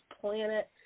planet